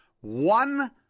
one